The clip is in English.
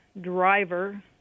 driver